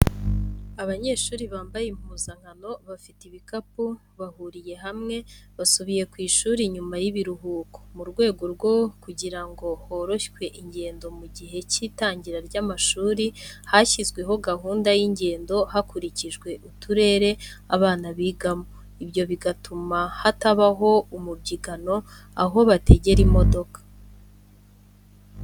Abanyeshuri bambaye impuzankano bafite ibikapu bahuriye hamwe basubiye ku ishuri nyuma y'ibiruhuko, mu rwego rwo kugirango horoshywe ingendo mu gihe cy'itangira ry'amashuri hashyirwaho gahunda y'ingendo hakurikijwe uturere abana bigamo, ibyo bigatuma hatabaho umubyigano aho bategera imodoka.